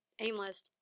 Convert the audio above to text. aimless